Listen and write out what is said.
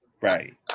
Right